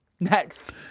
Next